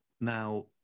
Now